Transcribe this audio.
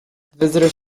visitor